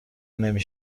نمی